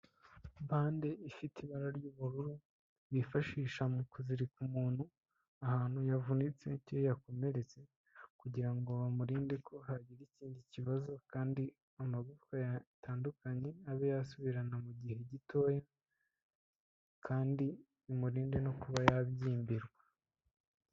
Bande ifite ibara ry'ubururu bifashisha mu kuzirika umuntu ahantu yavunitse igihe yakomeretse kugira ngo bamurinde ko hagira ikindi kibazo kandi amagufwa yatandukanye abe yasubirana mu gihe gitoya kandi bimurinde no kuba yabyimbirwa.